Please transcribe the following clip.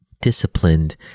disciplined